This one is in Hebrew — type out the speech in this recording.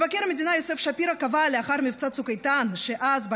מבקר המדינה יוסף שפירא קבע לאחר מבצע צוק איתן שאז,